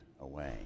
away